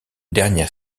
dernière